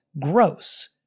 gross